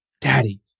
Daddy